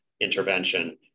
intervention